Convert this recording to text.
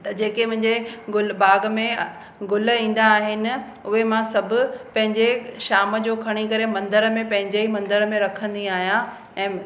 त जेके मुंहिंजे गुल बाग़ में अ गुल इंदा आहिनि उहे मां सभु पंहिंजे शाम जो खणी करे मंदर में पंहिंजे ई मंदर में रखंदी आहियां ऐं